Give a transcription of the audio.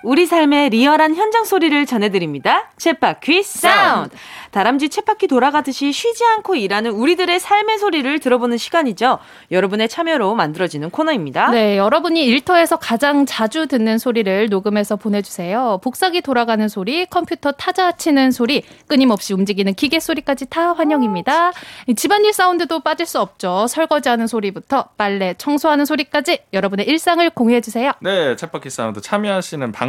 우리 삶의 리얼한 현장 소리를 전해드립니다. 쳇바퀴 사운드. 다람쥐 쳇바퀴 돌아가듯이 쉬지 않고 일하는 우리들의 삶의 소리를 들어보는 시간이죠. 여러분의 참여로 만들어지는 코너입니다. 네, 여러분이 일터에서 가장 자주 듣는 소리를 녹음해서 보내주세요. 복사기 돌아가는 소리, 컴퓨터 타자 치는 소리, 끊임없이 움직이는 기계 소리까지 다 환영입니다. 음~ 집안일 사운드도 빠질 수 없죠. 설거지하는 소리부터 빨래, 청소하는 소리까지 여러분의 일상을 공유해주세요. 네, 쳇바퀴 사운드 참여하시는 방법